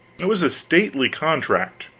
it was a stately contract.